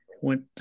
went